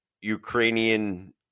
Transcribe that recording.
Ukrainian